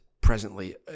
presently